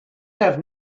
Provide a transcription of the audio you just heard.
have